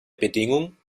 bedingung